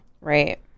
Right